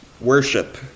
worship